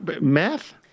Meth